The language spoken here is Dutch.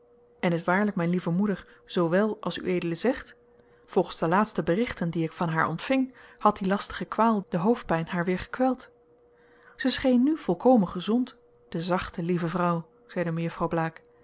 en is waarlijk mijn lieve moeder zoo wèl als ued zegt volgens de laatste berichten die ik van haar ontving had die lastige kwaal de hoofdpijn haar weer gekweld zij scheen nu volkomen gezond de zachte lieve vrouw zeide